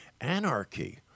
anarchy